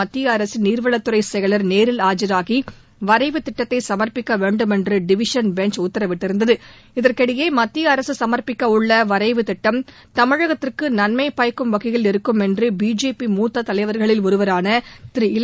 மத்திய அரசின் நீர்வளத்துறை செயலர் நேரில் ஆஜராகி வரைவுத் திட்டத்தை சமர்ப்பிக்க வேண்டுமென்று டிவிசன் பெஞ்ச் உத்தரவிட்டிருந்தது இதற்கிடையே மத்திய அரசு சுமர்ப்பிக்கவுள்ள வரைவுத் திட்டம் தமிழகத்திற்கு நன்மை பயக்கும் வகையில் இருக்கும் என்று பிஜேபி மூத்த தலைவர்களில் ஒருவரான திரு இல